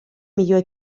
millor